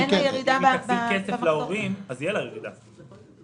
אם היא מחזירה כסף להורים אז תהיה לה ירידה במחזורים.